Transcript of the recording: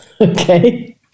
Okay